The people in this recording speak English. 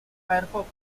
firefox